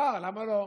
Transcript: אפשר, למה לא,